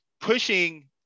pushing